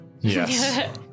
Yes